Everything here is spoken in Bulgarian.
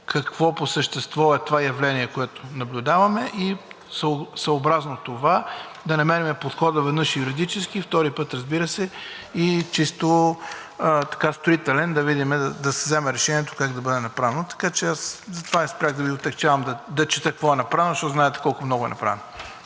Какво по същество е това явление, което наблюдаваме? Съобразно това да намерим подхода, веднъж юридически. Втори път, разбира се, и чисто строителен да видим и да се вземе решението как да бъде направено. Затова спрях да Ви отегчавам да чета какво е направено, защото знаете колко много е направено.